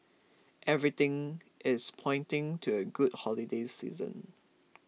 everything is pointing to a good holiday season